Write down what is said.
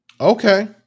Okay